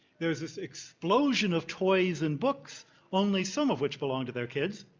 there's this explosion of toys and books only some of which belong to their kids,